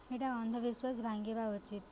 ଏଇଟା ଅନ୍ଧବିଶ୍ଵାସ ଭାଙ୍ଗିବା ଉଚିତ